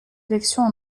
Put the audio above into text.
élections